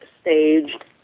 staged